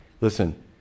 listen